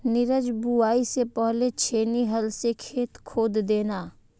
नीरज बुवाई से पहले छेनी हल से खेत खोद देना